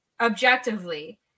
objectively